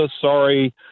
Sorry